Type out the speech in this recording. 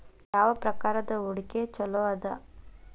ಯಾವ ಪ್ರಕಾರದ ಹೂಡಿಕೆ ಚೊಲೋ ಅದ